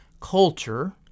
culture